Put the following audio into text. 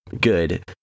good